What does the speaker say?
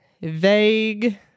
vague